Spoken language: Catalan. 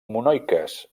monoiques